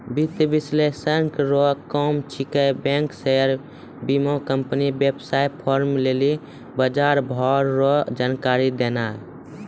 वित्तीय विश्लेषक रो काम छिकै बैंक शेयर बीमाकम्पनी वेवसाय फार्म लेली बजारभाव रो जानकारी देनाय